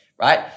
right